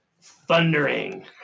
thundering